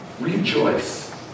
Rejoice